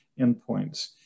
endpoints